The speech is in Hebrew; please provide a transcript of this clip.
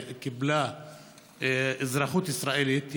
קיבלה אזרחות ישראלית,